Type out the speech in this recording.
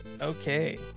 Okay